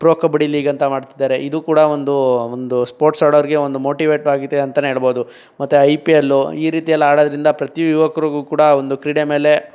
pro kabaddi league ಅಂತ ಮಾಡ್ತಿದ್ದಾರೆ ಇದು ಕೂಡ ಒಂದು ಒಂದು ಸ್ಪೋರ್ಟ್ಸ್ ಆಡೋರಿಗೆ ಒಂದು ಮೋಟಿವೇಟ್ ಆಗಿದೆ ಅಂತಲೇ ಹೇಳ್ಬೋದು ಮತ್ತೆ ಐ ಪಿ ಎಲ್ಲು ಈ ರೀತಿ ಎಲ್ಲ ಆಡೋದ್ರಿಂದ ಪ್ರತೀ ಯುವಕರಿಗೂ ಕೂಡ ಒಂದು ಕ್ರೀಡೆ ಮೇಲೆ